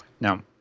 Now